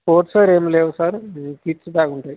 sports wear ఏం లేవు sir ఇది కిట్స్ బ్యాగ్ ఉంటాయి